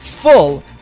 full